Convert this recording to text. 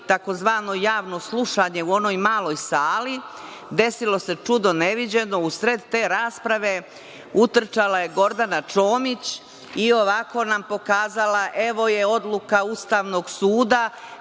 tzv. javno slušanje u onoj maloj sali, desilo se čudo neviđeno, u sred te rasprave, utrčala je Gordana Čomić i ovako nam pokazala – evo je odluka Ustavnog suda.